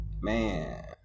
Man